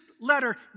letter